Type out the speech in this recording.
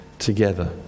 together